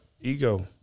ego